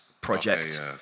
project